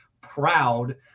proud